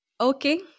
okay